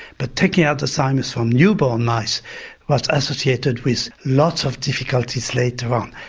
but taking out the thymus from newborn mice was associated with lots of difficulties later on.